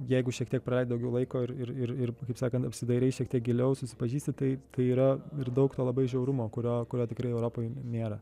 jeigu šiek tiek daugiau laiko ir ir ir kaip sakant apsidairai šiek tiek giliau susipažįsti tai yra ir daug to labai žiaurumo kurio kurio tikrai europoj nėra